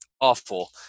awful